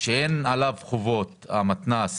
שאין עליו חובות המתנ"ס